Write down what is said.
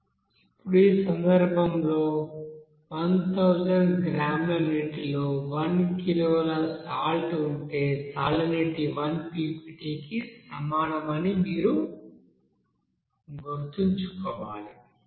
ఇప్పుడు ఈ సందర్భంలో 1000 గ్రాముల నీటిలో 1 కిలోల సాల్ట్ ఉంటే సాలినిటీ 1 ppt కి సమానం అని మీరు గుర్తుంచుకోవాలి